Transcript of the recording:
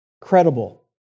credible